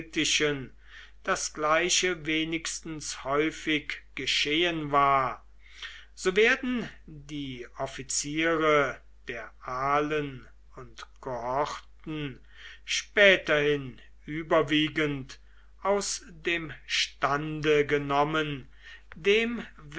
das gleiche wenigstens häufig geschehen war so werden die offiziere der alen und kohorten späterhin überwiegend aus dem stande genommen dem